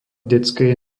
detskej